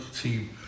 team